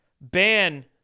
ban